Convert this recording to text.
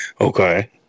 Okay